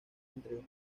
entre